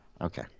Okay